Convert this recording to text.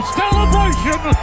celebration